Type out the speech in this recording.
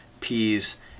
peas